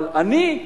אבל אני,